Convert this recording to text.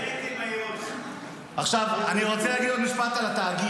אני רוצה להגיד עוד משפט על התאגיד,